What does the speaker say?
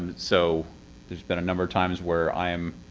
so there's been a number of times where i am.